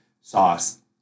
sauce